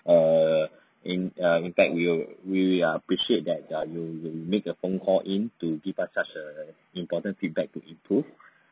err in err in fact we we are appreciate that you you make a phone call in to give us such a important feedback to improve